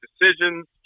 decisions